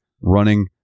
running